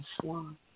swan